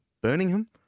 Birmingham